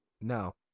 no